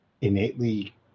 innately